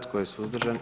Tko je suzdržan?